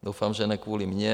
Doufám, že ne kvůli mně.